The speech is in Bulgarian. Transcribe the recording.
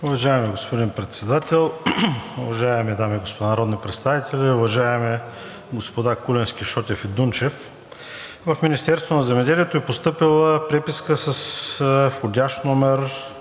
Уважаеми господин Председател, уважаеми дами и господа народни представители, уважаеми господа Куленски, Шотев и Дунчев! В Министерството на земеделието е постъпила преписка с входящ №